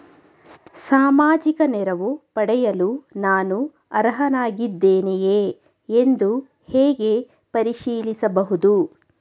ಸಾಮಾಜಿಕ ನೆರವು ಪಡೆಯಲು ನಾನು ಅರ್ಹನಾಗಿದ್ದೇನೆಯೇ ಎಂದು ಹೇಗೆ ಪರಿಶೀಲಿಸಬಹುದು?